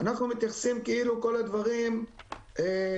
אנחנו מתייחסים כאילו כל הדברים פועלים